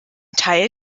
teil